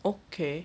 okay